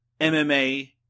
MMA